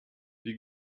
wie